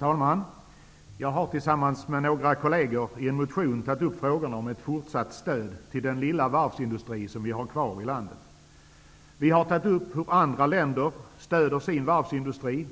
Herr talman! Jag har tillsammans med några kolleger i en motion tagit upp frågorna om ett fortsatt stöd till den lilla varvsindustri som vi har kvar i landet. Vi har tagit upp hur andra länder, inte minst flera EG-länder, stöder sin varvsindustri.